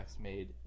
made